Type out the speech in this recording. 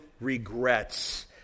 regrets